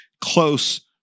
close